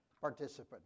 participant